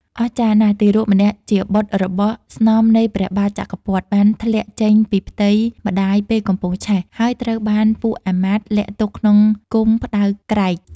អស្ចារ្យណាស់ ទារកម្នាក់ជាបុត្ររបស់ស្នំនៃព្រះបាទចក្រពត្តិ បានធ្លាក់ចេញពីផ្ទៃម្តាយពេលកំពុងឆេះ ហើយត្រូវបានពួកអាមាត្យលាក់ទុកក្នុងគុម្ពផ្តៅក្រែក ។